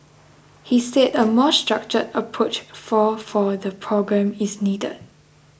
he said a more structured approach for for the programme is needed